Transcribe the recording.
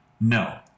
No